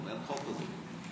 אין חוק כזה.